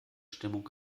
stimmung